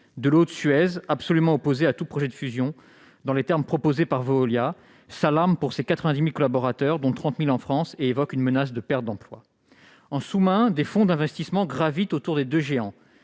de l'autre, Suez, absolument opposé à tout projet de fusion dans les termes proposés par Veolia, s'alarme pour ses 90 000 collaborateurs, dont 30 000 en France, et évoque une menace de suppressions d'emplois. En sous-main, des fonds d'investissement gravitent autour des deux géants